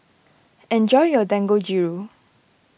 enjoy your Dangojiru